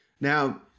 Now